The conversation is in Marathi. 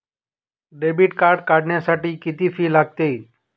डेबिट कार्ड काढण्यासाठी किती फी लागते?